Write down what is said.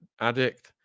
addict